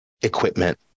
equipment